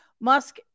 Musk